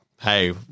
Hey